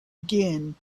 again